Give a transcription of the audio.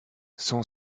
son